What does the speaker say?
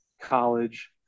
college